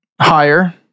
Higher